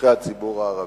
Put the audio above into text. לצורכי הציבור הערבי.